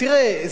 תראה,